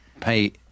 pay